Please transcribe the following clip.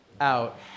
out